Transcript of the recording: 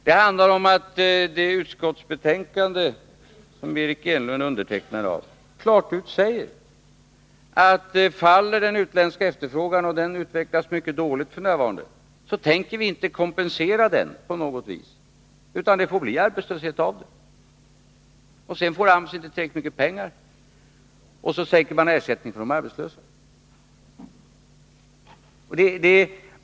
Det handlar också om att det i det utskottsbetänkande som Eric Enlund är en av undertecknarna av klart utsägs att man inte på något sätt tänker kompensera den utländska efterfrågan om den faller, och den utvecklas mycket dåligt f. n. Det får alltså bli arbetslöshet. AMS får inte tillräckligt med pengar samtidigt som man sänker ersättningen för de arbetslösa.